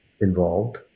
involved